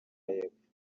y’epfo